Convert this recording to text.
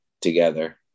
together